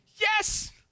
Yes